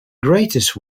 greatest